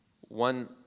One